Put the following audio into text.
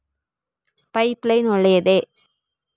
Pipe line ಒಳ್ಳೆಯದೇ?